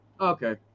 Okay